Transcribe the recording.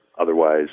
otherwise